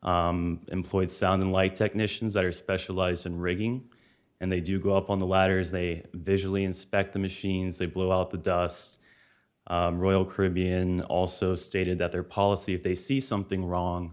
caribbean employed sounding like technicians that are specialized in rigging and they do go up on the ladders they visually inspect the machines they blow out the dust royal caribbean also stated that their policy if they see something wrong